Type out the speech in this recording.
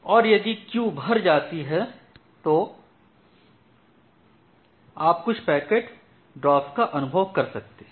और यदि क्यू भर जाती है तो आप कुछ पैकेट ड्रॉप्स का अनुभव कर सकते हैं